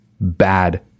bad